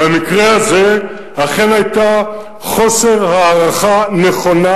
במקרה הזה אכן היה חוסר הערכה נכונה